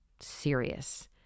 serious